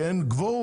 כי אין קוורום?